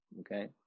Okay